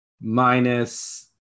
minus